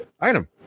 item